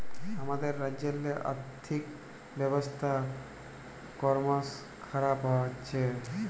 আমাদের রাজ্যেল্লে আথ্থিক ব্যবস্থা করমশ খারাপ হছে